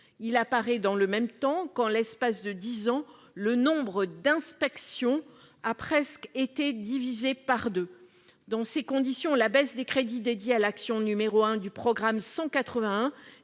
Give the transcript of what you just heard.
Il apparaît dans le même temps que, en l'espace de dix ans, le nombre d'inspections a presque été divisé par deux. Dans ces conditions, la baisse des crédits dédiés à l'action n° 01 du programme 181